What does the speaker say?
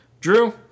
drew